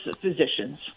physicians